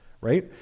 right